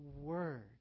Word